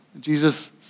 Jesus